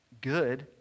good